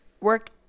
work